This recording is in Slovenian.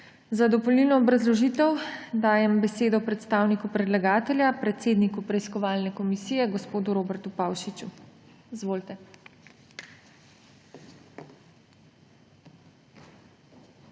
Za dopolnilno obrazložitev dajem besedo predstavniku predlagatelja, predsedniku preiskovalne komisije gospodu Robertu Pavšiču. Izvolite.